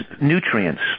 nutrients